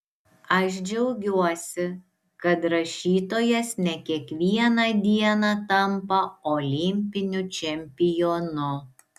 aš džiaugiuosi kad rašytojas ne kiekvieną dieną tampa olimpiniu čempionu